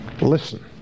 Listen